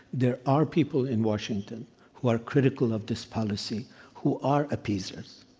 there are people in washington who are critical of this policy who are appeasers.